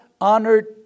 honored